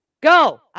Go